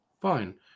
Fine